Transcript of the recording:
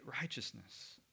righteousness